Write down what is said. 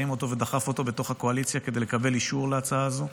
הרים אותו ודחף אותו בתוך הקואליציה כדי לקבל אישור להצעה הזו.